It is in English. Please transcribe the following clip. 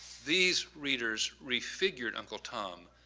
these readers refigured uncle tom,